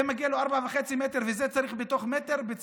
זה מגיע לו 4.5 מטר וזה צריך בתוך מטר, בצינוק,